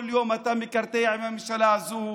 כל יום אתה מקרטע עם הממשלה הזאת.